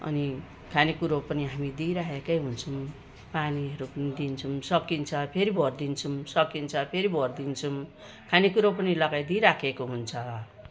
अनि खानेकुरो पनि हामी दिइरहेकै हुन्छौँ पानीहरू पनि दिन्छौँ सकिन्छ फेरि भरिदिन्छौँ सकिन्छ फेरि भरिदिन्छौँ खानेकुरो पनि लगाइदिई रहेको हुन्छ